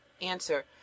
Answer